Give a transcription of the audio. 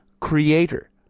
creator